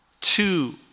two